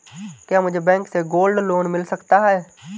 क्या मुझे बैंक से गोल्ड लोंन मिल सकता है?